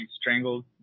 strangled